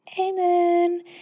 Amen